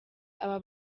aba